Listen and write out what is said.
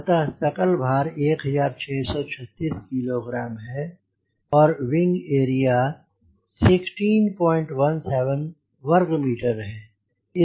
अतः सकल भार 1636 kg है और विंग एरिया 1617 वर्ग मीटर है